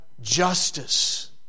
justice